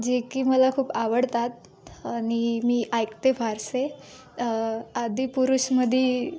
जे की मला खूप आवडतात आणि मी ऐकते फारसे आदिपुरुषमध्ये